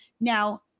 Now